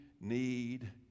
need